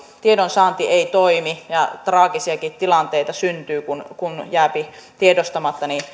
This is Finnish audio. tiedonsaanti ei toimi ja traagisiakin tilanteita syntyy kun kun jääpi tiedostamatta